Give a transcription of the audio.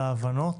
על ההבנות,